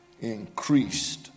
Increased